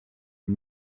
and